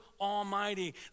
Almighty